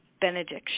benediction